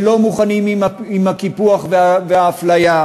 שלא מוכנים להשלים עם הקיפוח והאפליה,